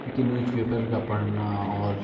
क्योंकि न्यूजपेपर का पढ़ना और